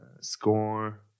score